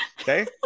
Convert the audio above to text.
Okay